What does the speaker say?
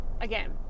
again